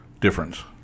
difference